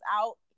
out